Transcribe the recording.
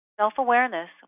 Self-awareness